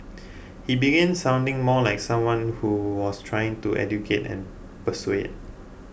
he began sounding more like someone who was trying to educate and persuade